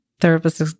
therapist